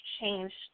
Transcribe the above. changed